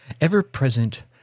ever-present